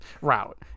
route